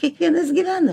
kiekvienas gyvena